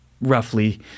roughly